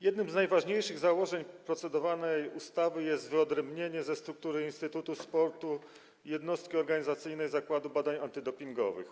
Jednym z najważniejszych założeń procedowanej ustawy jest wyodrębnienie ze struktury Instytutu Sportu jednostki organizacyjnej - Zakładu Badań Antydopingowych.